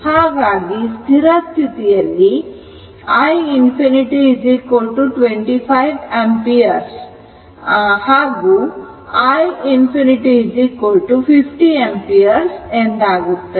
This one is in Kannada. ಹಾಗಾಗಿ ಸ್ಥಿರ ಸ್ಥಿತಿಯಲ್ಲಿ i0 25 ampere and i ∞ 50 ampere ಎಂದಾಗುತ್ತದೆ